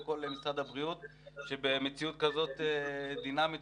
לכל משרד הבריאות שבמציאות כזאת דינמית